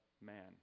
man